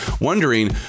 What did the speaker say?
wondering